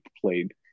played